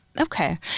Okay